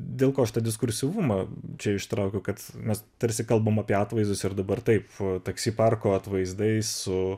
dėl ko aš tą diskursyvumą čia ištraukiau kad mes tarsi kalbam apie atvaizdus ir dabar taip taksi parko atvaizdai su